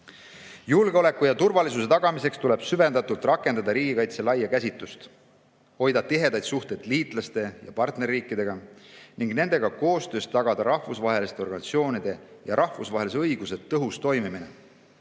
Julgeoleku ja turvalisuse tagamiseks tuleb süvendatult rakendada riigikaitse laia käsitust, hoida tihedaid suhteid liitlaste ja partnerriikidega ning nendega koostöös tagada rahvusvaheliste organisatsioonide ja rahvusvahelise õiguse tõhus toimimine.